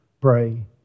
pray